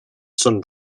sun